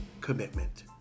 Commitment